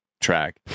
track